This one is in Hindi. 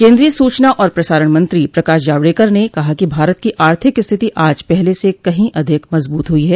केन्द्रीय सूचना और प्रसारण मंत्री प्रकाश जावड़ेकर ने कहा कि भारत की आर्थिक स्थिति आज पहले से कही अधिक मजबूत हुई है